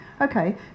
Okay